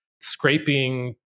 scraping